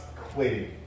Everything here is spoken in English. quitting